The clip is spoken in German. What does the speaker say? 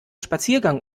spaziergang